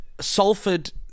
salford